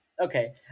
Okay